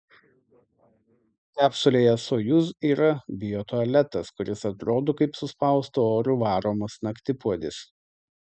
kapsulėje sojuz yra biotualetas kuris atrodo kaip suspaustu oru varomas naktipuodis